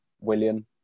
William